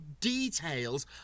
details